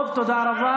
טוב, תודה רבה.